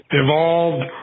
evolved